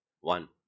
One